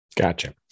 Gotcha